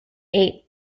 eight